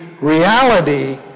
reality